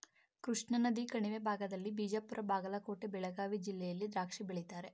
ಕೃಷ್ಣಾನದಿ ಕಣಿವೆ ಭಾಗದಲ್ಲಿ ಬಿಜಾಪುರ ಬಾಗಲಕೋಟೆ ಬೆಳಗಾವಿ ಜಿಲ್ಲೆಯಲ್ಲಿ ದ್ರಾಕ್ಷಿ ಬೆಳೀತಾರೆ